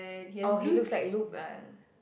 oh he looks like Luke ah